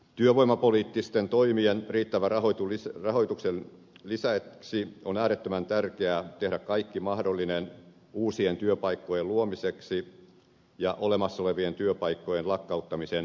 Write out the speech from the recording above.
työvoimapoliittisten toimien riittävän rahoituksen lisäksi on äärettömän tärkeää tehdä kaikki mahdollinen uusien työpaikkojen luomiseksi ja olemassa olevien työpaikkojen lakkauttamisen estämiseksi